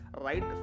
right